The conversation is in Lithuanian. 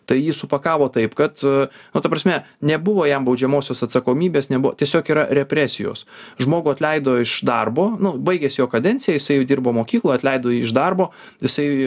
tai jį supakavo taip kad na ta prasme nebuvo jam baudžiamosios atsakomybės nebuvo tiesiog yra represijos žmogų atleido iš darbo nu baigėsi jo kadencija jisai dirbo mokykloje atleido jį iš darbo jisai